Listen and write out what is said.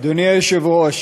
אדוני היושב-ראש,